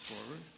forward